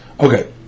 okay